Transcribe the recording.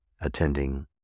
attending